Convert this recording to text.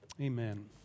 amen